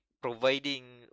providing